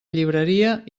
llibreria